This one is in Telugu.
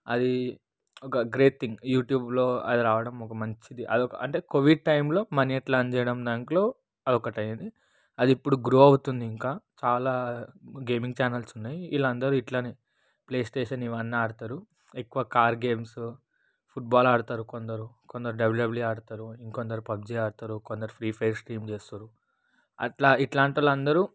అది ఒక గ్రేట్ థింగ్ యూట్యూబ్లో రావడం ఒక మంచిది అంటే కోవిడ్ టైంలో మనీ ఎట్లా ఎర్న్ చేయడం దాంట్లో అది ఒకటి అయ్యేది అది ఇప్పుడు గ్రో అవుతుంది ఇంకా చాలా గేమింగ్ ఛానల్స్ ఉన్నాయి వీళ్ళు అందరూ ఇట్లనే ప్లేస్టేషన్ ఇవన్నీ ఆడుతారు ఎక్కువ కార్ గేమ్స్ ఫుట్బాల్ ఆడతారు కొందరు కొందరు డబ్ల్యుడబ్ల్యుఈ ఆడుతారు ఇంకొంతమంది పబ్జి ఆడతారు కొందరు ఫ్రీఫైర్ స్ట్రీమ్ చేస్తారు అట్లా ఇట్లాంటోళ్లు అందరూ